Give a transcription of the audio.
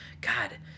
God